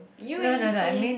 you only say